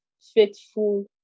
faithful